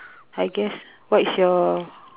I guess what is your